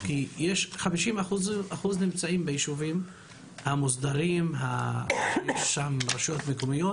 50% נמצאים ביישובים המוסדרים שם יש רשויות מקומיות,